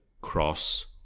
cross